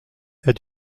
est